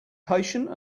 patient